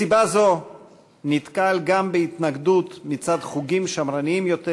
מסיבה זו נתקל גם בהתנגדות מצד חוגים שמרניים יותר,